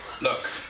Look